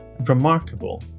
remarkable